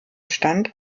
stand